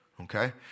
Okay